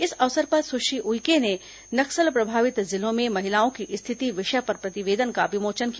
इस अवसर पर सुश्री उइके ने नक्सल प्रभावित जिलों में महिलाओं की स्थिति विषय पर प्रतिवेदन का विमोचन किया